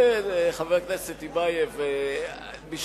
חבר הכנסת טיבייב, כן.